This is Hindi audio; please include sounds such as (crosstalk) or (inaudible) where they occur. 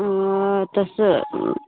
हँ तो (unintelligible)